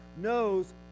knows